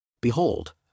Behold